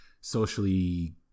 socially